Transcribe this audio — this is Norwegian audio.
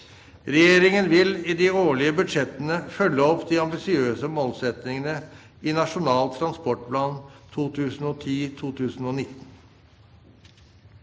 Regjeringen vil i de årlige budsjettene følge opp de ambisiøse målsettingene i Nasjonal transportplan 2010–2019.